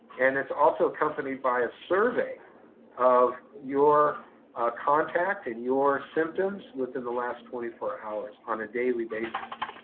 and it's also accompanied by a survey of your contact and your symptoms within the last twenty four hours on a daily basis.